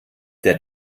der